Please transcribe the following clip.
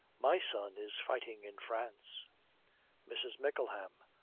my son is fighting in france mrs. mickleham.